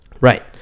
Right